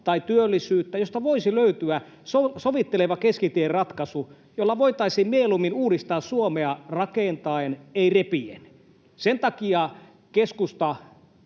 tai työllisyyttä ja joista voisi löytyä sovitteleva keskitien ratkaisu, jolla voitaisiin mieluummin uudistaa Suomea rakentaen, ei repien. Sen takia keskusta